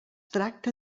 tracta